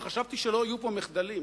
וחשבתי שלא יהיו פה מחדלים.